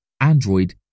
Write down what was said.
Android